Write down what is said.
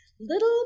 Little